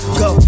go